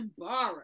embarrassed